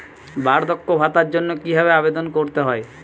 বার্ধক্য ভাতার জন্য কিভাবে আবেদন করতে হয়?